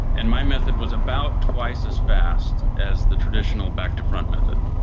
and my method was about twice as fast as the traditional back to front method.